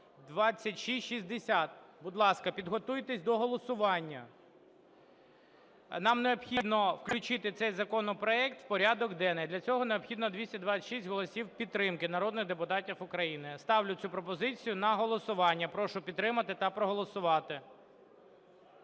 (2660). Будь ласка, підготуйтесь до голосування. Нам необхідно включити цей законопроект у порядок денний, для цього необхідно 226 голосів підтримки народних депутатів України. Ставлю цю пропозицію на голосування. Прошу підтримати та проголосувати.